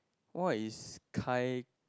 what is gai